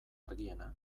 argiena